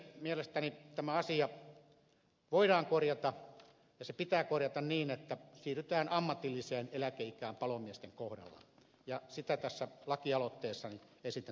mielestäni tämä asia voidaan korjata ja se pitää korjata niin että siirrytään ammatilliseen eläkeikään palomiesten kohdalla ja sitä tässä lakialoitteessani esitän